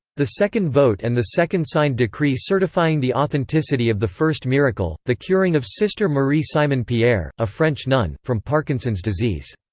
the second vote and the second signed decree certifying the authenticity of the first miracle, the curing of sister marie simon-pierre, a french nun, from parkinson's disease.